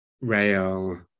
rail